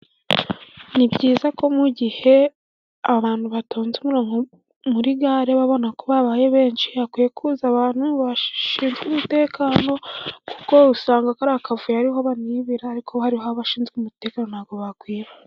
Ni byiza ko mu gihe abantu batonze umurongo muri gare , babona ko babaye benshi , hakwiye kuza abantu bashinzwe umutekano , kuko usanga kariya akavuyo ariho bananibira , ariko hari abashinzwe umutekano ntabwo bakwiba.